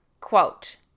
Quote